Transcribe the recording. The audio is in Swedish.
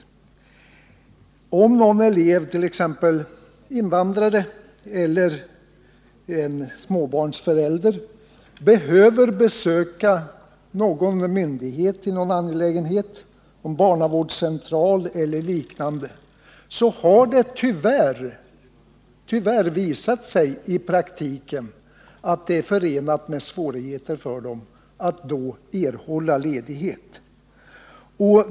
Det har tyvärr i praktiken visat sig att när en elev, t.ex. invandrare eller småbarnsförälder, behöver besöka en myndighet i någon angelägenhet, som barnavårdscentral eller liknande, så är det förenat med svårigheter att erhålla ledighet.